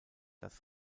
dass